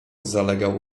zalegał